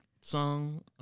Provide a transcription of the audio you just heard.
song